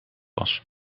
was